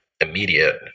immediate